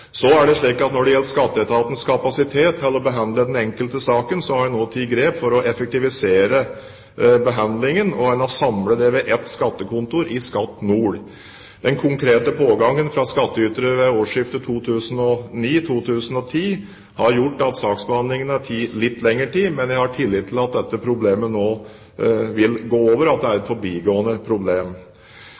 Når det gjelder skatteetatens kapasitet til å behandle den enkelte sak, har jeg nå tatt grep for å effektivisere behandlingen, og en har samlet det ved ett skattekontor, i Skatt nord. Den konkrete pågangen fra skattytere ved årsskiftet 2009–2010 har gjort at saksbehandlingen har tatt litt lengre tid, men jeg har tillit til at dette problemet nå vil gå over, at det er et forbigående problem.